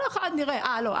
כל אחד אומר אה לא,